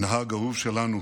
נהג אהוב שלנו